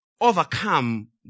overcome